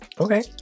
Okay